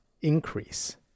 increase